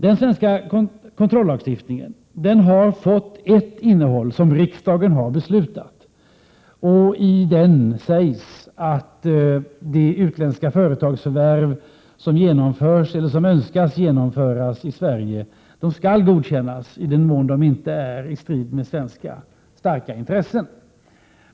Den svenska kontrollagstiftningen har fått ett innehåll som riksdagen har beslutat. I den sägs att de utländska företagsförvärv som önskas genomföras i Sverige skall godkännas i den mån de inte är i strid med starka svenska intressen.